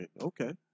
Okay